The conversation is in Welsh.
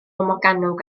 morgannwg